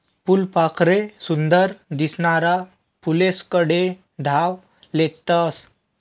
फुलपाखरे सुंदर दिसनारा फुलेस्कडे धाव लेतस